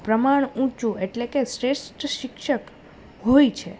પ્રમાણ ઊંચું એટલે કે શ્રેષ્ઠ શિક્ષક હોય છે